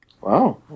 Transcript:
Wow